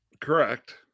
Correct